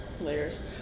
layers